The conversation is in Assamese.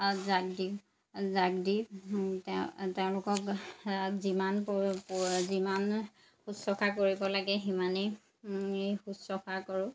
অত জাগ দি জাগ দি তেওঁ তেওঁলোকক যিমান যিমান শুশ্ৰূষা কৰিব লাগে সিমানেই নেই শুশ্ৰূষা কৰোঁ